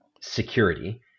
security